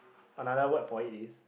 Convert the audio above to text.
another word for it is